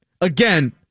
Again